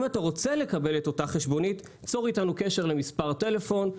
אם אתה רוצה לקבל את אותה חשבונית צור איתנו קשר למספר טלפון.